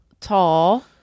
tall